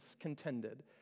contended